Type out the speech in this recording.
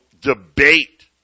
debate